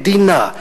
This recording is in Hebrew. מדינה,